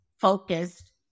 focused